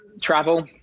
travel